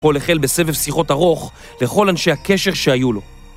הכל החל בסבב שיחות ארוך לכל אנשי הקשר שהיו לו.